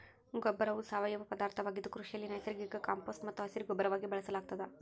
ಗೊಬ್ಬರವು ಸಾವಯವ ಪದಾರ್ಥವಾಗಿದ್ದು ಕೃಷಿಯಲ್ಲಿ ನೈಸರ್ಗಿಕ ಕಾಂಪೋಸ್ಟ್ ಮತ್ತು ಹಸಿರುಗೊಬ್ಬರವಾಗಿ ಬಳಸಲಾಗ್ತದ